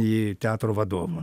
į teatro vadovą